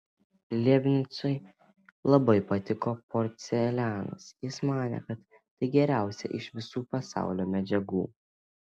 leibnicui labai patiko porcelianas jis manė kad tai geriausia iš visų pasaulio medžiagų